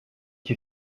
que